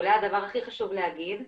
ואולי הדבר הכי חשוב להגיד,